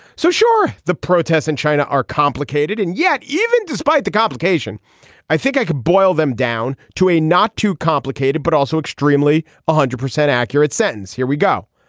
so sure the protests in china are complicated and yet even despite the complication i think i could boil them down to a not too complicated but also extremely one ah hundred percent accurate sentence. here we go.